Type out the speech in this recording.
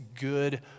good